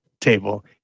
table